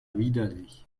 widerlich